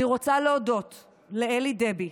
אני רוצה להודות לאלי דבי,